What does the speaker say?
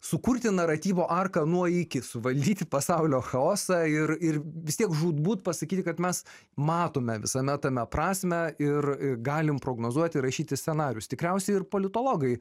sukurti naratyvo arką nuo iki suvaldyti pasaulio chaosą ir ir vis tiek žūtbūt pasakyti kad mes matome visame tame prasmę ir galim prognozuot ir rašyti scenarijus tikriausiai ir politologai